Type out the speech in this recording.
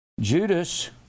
Judas